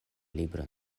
libron